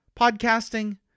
Podcasting